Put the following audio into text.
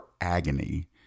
agony